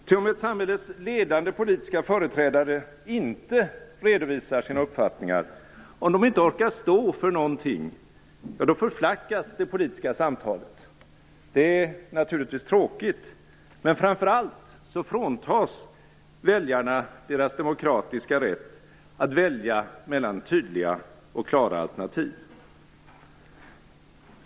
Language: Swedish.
Ty om ett samhälles ledande politiska företrädare inte redovisar sina uppfattningar, om de inte orkar stå för någonting, förflackas det politiska samtalet - det blir naturligtvis tråkigt, men framför allt fråntas väljarna sin demokratiska rätt att välja mellan tydliga och klara alternativ.